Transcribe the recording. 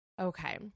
Okay